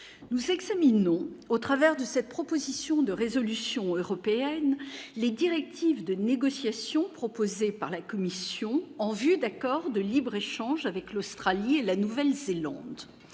nous examinons au travers de cette proposition de résolution européenne les directives de négociations proposée par la Commission en vue d'accords de libre-échange avec l'Australie et la Nouvelle-Zélande,